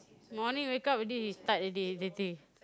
morning wake up already he start already